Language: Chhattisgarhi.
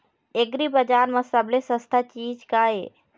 एग्रीबजार म सबले सस्ता चीज का ये?